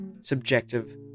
subjective